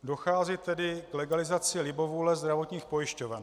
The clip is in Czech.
Dochází tedy k legalizaci libovůle zdravotních pojišťoven.